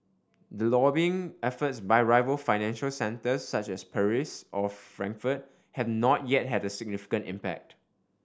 the lobbying efforts by rival financial centres such as Paris or Frankfurt have not yet had a significant impact